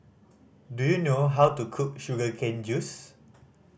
do you know how to cook sugar cane juice